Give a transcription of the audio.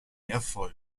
erfolg